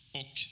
och